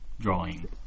drawing